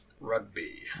Rugby